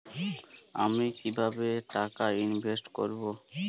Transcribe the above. আমি কিভাবে টাকা ইনভেস্ট করব?